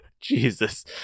Jesus